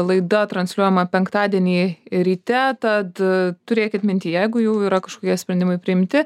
laida transliuojama penktadienį ryte tad turėkit minty jeigu jau yra kažkokie sprendimai priimti